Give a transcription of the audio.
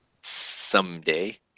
someday